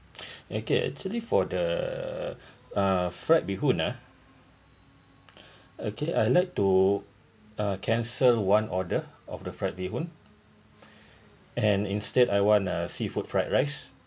okay actually for the uh fried beehoon ah okay I'd like to uh cancel one order of the fried beehoon and instead I want a seafood fried rice